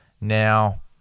Now